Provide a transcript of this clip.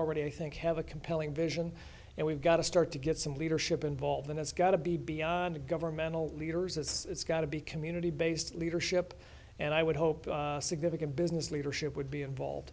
already i think have a compelling vision and we've got to start to get some leadership involved and it's got to be beyond governmental leaders as it's got to be community based leadership and i would hope significant business leadership would be involved